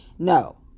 no